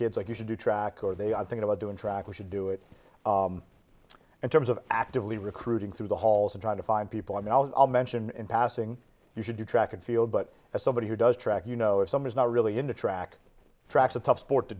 kids like you should do track or they i think about doing track we should do it in terms of actively recruiting through the halls and trying to find people i mean i'll mention in passing you should do track and field but as somebody who does track you know if someone's not really into track fracs a tough sport to